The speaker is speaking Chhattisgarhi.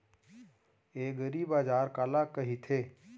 एगरीबाजार काला कहिथे?